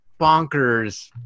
bonkers